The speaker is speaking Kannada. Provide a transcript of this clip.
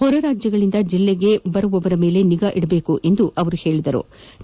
ಹೊರ ರಾಜ್ಯಗಳಿಂದ ಜಿಲ್ಲೆಗೆ ಆಗಮಿಸುವವರ ಮೇಲೆ ನಿಗಾ ವಹಿಸಬೇಕು ಎಂದರು